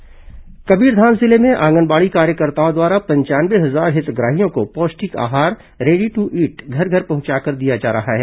ready to eat Kabirdham जिले में आंगनबाड़ी कार्यकर्ताओं द्वारा पंचानवे हजार हितग्राहियों को पौष्टिक आहार रेडी ट्र ईट घर घर पहुंचाकर दिया जा रहा है